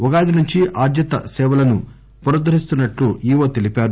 ఉగాది నుంచి ఆర్హిత సేవలను పునరుద్దరిస్తున్నట్లు ఇఓ తెలిపారు